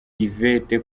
yvette